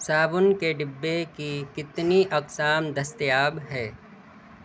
صابن کے ڈبے کی کتنی اقسام دستیاب ہے